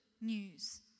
news